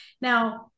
Now